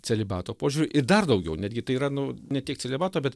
celibato požiūriu ir dar daugiau netgi tai yra nu ne tiek celibato bet